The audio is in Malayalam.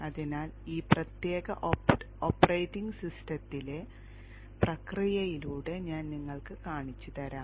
അതിനാൽ ഈ പ്രത്യേക ഓപ്പറേറ്റിംഗ് സിസ്റ്റത്തിലെ പ്രക്രിയയിലൂടെ ഞാൻ നിങ്ങൾക്ക് കാണിച്ചുതരാം